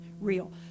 real